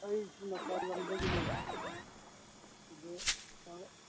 ꯑꯩꯁꯤ ꯃꯄꯥꯟ ꯂꯝꯗꯒꯤꯅꯦ ꯑꯗꯨ